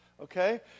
Okay